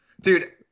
Dude